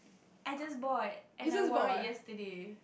I just bought and I wore it yesterday